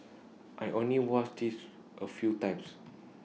I only watched this A few times